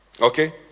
okay